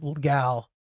gal